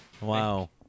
Wow